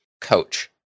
coach